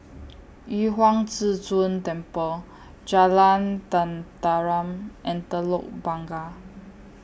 Yu Huang Zhi Zun Temple Jalan Tenteram and Telok Blangah